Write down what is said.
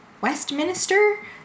Westminster